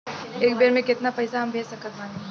एक बेर मे केतना पैसा हम भेज सकत बानी?